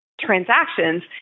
transactions